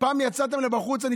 פעם יצאתם החוצה?